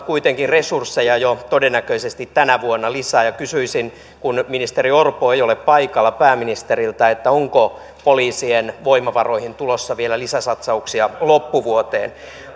kuitenkin resursseja jo todennäköisesti tänä vuonna lisää kysyisin kun ministeri orpo ei ole paikalla pääministeriltä onko poliisien voimavaroihin tulossa vielä lisäsatsauksia loppuvuoteen